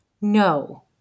No